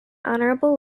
honorable